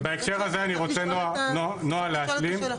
ובהקשר הזה אני רוצה, נעה, להשלים.